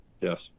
Yes